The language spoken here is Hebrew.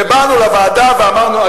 ובאנו לוועדה, ואמרנו.